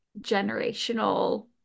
generational